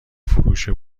فروش